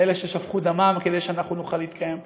על אלה ששפכו דמם כדי שאנחנו נוכל להתקיים פה,